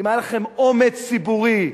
אם היה לכם אומץ ציבורי,